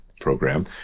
program